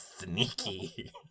sneaky